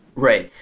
right.